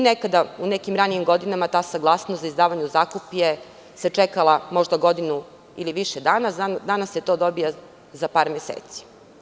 Nekada, u nekim ranijim godinama ta saglasnost za izdavanje u zakup se čekala možda godinu ili više dana, a danas se to dobija za par meseci.